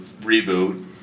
reboot